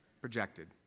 Projected